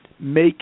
make